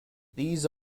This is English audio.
these